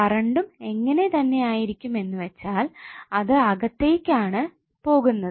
കറണ്ടും എങ്ങനെ തന്നെ ആയിരിക്കും എന്നുവെച്ചാൽ അത് അകത്തേക്ക് ആണ് പോകുന്നത്